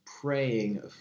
praying